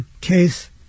case